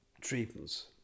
treatments